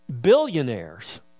billionaires